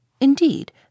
Indeed